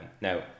Now